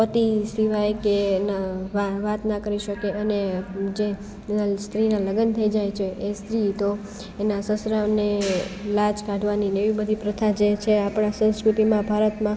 પતિ સિવાય કે એના વાત ના કરી શકે અને જે સ્ત્રીના લગ્ન થઈ જાય છે એ સ્ત્રી તો એના સસરાને લાજ કાઢવાની અને એવી બધી પ્રથા જે છે એ આપણી સંસ્કૃતિમાં ભારતમાં